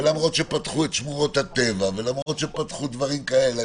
ולמרות שפתחו את שמורות הטובע ולמרות שפתחו דברים כאלה,